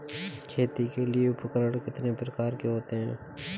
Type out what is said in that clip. खेती के लिए उपकरण कितने प्रकार के होते हैं?